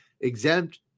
exempt